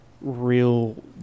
real